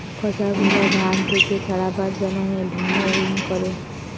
খসা গুলা ধান থেক্যে ছাড়াবার জন্হে ভিন্নউইং ক্যরে